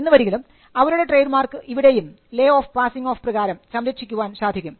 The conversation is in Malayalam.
എന്നുവരികിലും അവരുടെ ട്രേഡ്മാർക്ക് ഇവിടെയും ലോ ഓഫ് പാസിംഗ് ഓഫ് പ്രകാരം സംരക്ഷിക്കുവാൻ സാധിക്കും